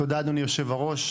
תודה אדוני יושב הראש,